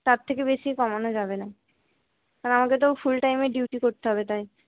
তার থেকে বেশি কমানো যাবে না কারণ আমাকে তো ফুলটাইমের ডিউটি করতে হবে তাই